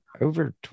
over